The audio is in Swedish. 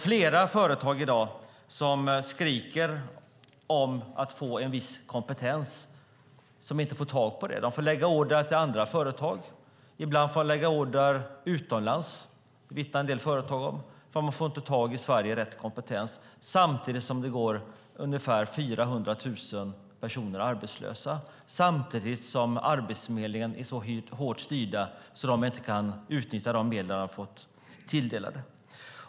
Flera företag skriker i dag efter en viss kompetens men får inte tag på den. De får lägga order till andra företag. En del företag vittnar om att de ibland får lägga order utomlands då de inte får tag i rätt kompetens i Sverige. Samtidigt går det ungefär 400 000 personer arbetslösa. Samtidigt är Arbetsförmedlingen så hårt styrd att den inte kan utnyttja de medel den har fått sig tilldelad.